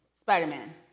Spider-Man